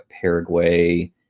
paraguay